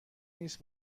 نیست